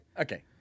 okay